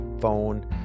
phone